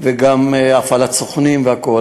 גם הפעלת סוכנים והכול,